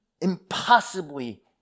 impossibly